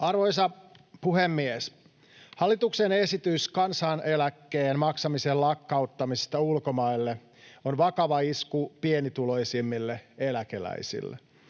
Arvoisa puhemies! Hallituksen esitys kansaneläkkeen maksamisen lakkauttamisesta ulkomaille on vakava isku pienituloisimmille eläkeläisille.